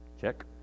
check